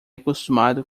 acostumado